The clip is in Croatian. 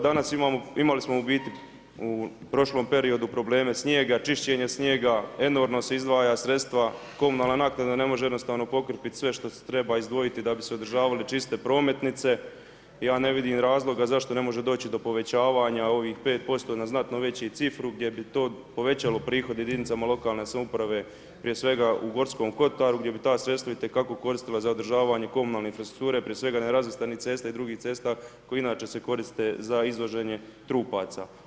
Danas smo imali u biti u prošlom periodu probleme snijega, čišćenje snijega, enormno se izdvajaju sredstva, komunalna naknada ne može pokrpiti sve što se treba izdvojiti da bi se održavale čiste prometnice i ja ne vidim razloga zašto ne može doći do povećavanja ovih 5% na znatno veću cifru gdje bi to povećalo prihod jedinicama lokalne samouprave prije svega u Gorskom kotaru gdje bi ta sredstva itekako koristila za održavanje komunalne infrastrukture prije svega nerazvrstanih cesta i drugih cesta koje inče se koriste za izvoženje trupaca.